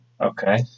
Okay